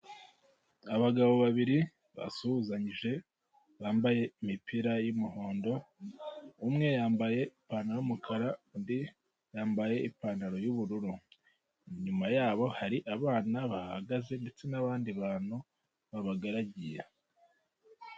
Abagabo babiri basuhuzanyije bambaye imipira y'imihondo umwe yambaye ipantaro y'umukara undi yambaye ipantaro y'ubururu, inyuma yabo hari abana bahagaze ndetse n'abandi bantu bahagaragiye.